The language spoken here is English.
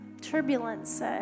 turbulence